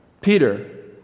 Peter